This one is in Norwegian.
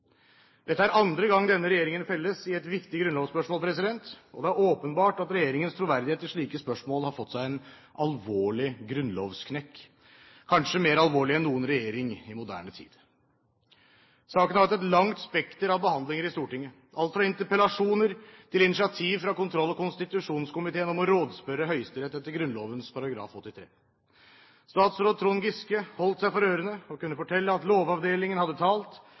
Dette er andre gang denne regjeringen felles i et viktig grunnlovsspørsmål, og det er åpenbart at regjeringens troverdighet i slike spørsmål har fått seg en alvorlig grunnlovsknekk – kanskje mer alvorlig enn noen regjering i moderne tid. Saken har hatt et langt spekter av behandlinger i Stortinget, alt fra interpellasjoner til initiativ fra kontroll- og konstitusjonskomiteen om å rådspørre Høyesterett etter Grunnloven § 83. Statsråd Trond Giske holdt seg for ørene og kunne fortelle at Lovavdelingen hadde talt,